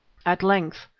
at length,